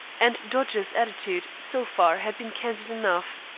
and dodge's attitude so far had been candid enough.